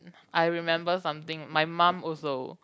I remember something my mum also